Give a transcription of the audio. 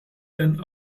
denn